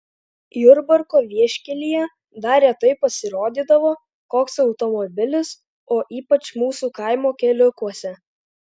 jurbarko vieškelyje dar retai pasirodydavo koks automobilis o ypač mūsų kaimo keliukuose